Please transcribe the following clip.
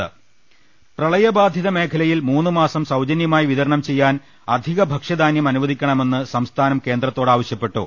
രുട്ട്ട്ടിട്ടു പ്രളയബാധിതമേഖലയിൽ മൂന്നുമാസം സൌജനൃമായി വിതരണം ചെയ്യാൻ അധിക ഭക്ഷ്യധാന്യം അനുവദിക്കണ്മെന്ന് സംസ്ഥാനം കേന്ദ്രത്തോടാവശ്യപ്പെട്ടു